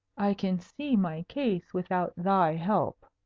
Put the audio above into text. i can see my case without thy help,